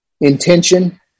intention